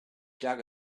dug